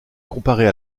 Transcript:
comparée